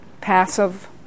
passive